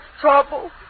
trouble